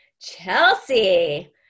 Chelsea